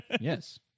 Yes